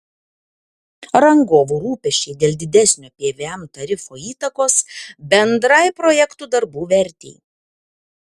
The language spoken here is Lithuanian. rangovų rūpesčiai dėl didesnio pvm tarifo įtakos bendrai projektų darbų vertei